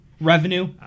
revenue